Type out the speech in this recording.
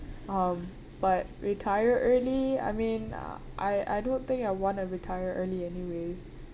um but retire early I mean I I don't think I want to retire early anyways